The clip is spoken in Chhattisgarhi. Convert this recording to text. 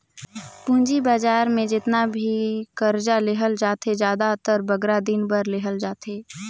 पूंजी बजार में जेतना भी करजा लेहल जाथे, जादातर बगरा दिन बर लेहल जाथे